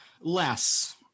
less